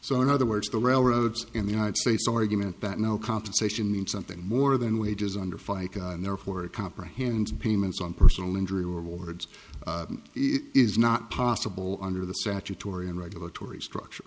so in other words the railroads in the united states argument that no compensation means something more than wages under fica and therefore it comprehends payments on personal injury wards it is not possible under the statutory and regulatory structure